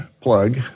plug